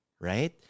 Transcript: right